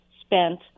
spent